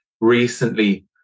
recently